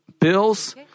bills